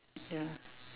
ya